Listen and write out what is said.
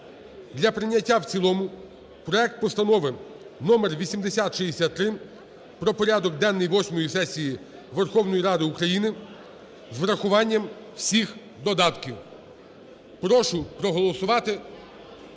для прийняття в цілому проект Постанови № 8063 про порядок денний восьмої сесії Верховної Ради України з врахуванням всіх додатків. Прошу проголосувати,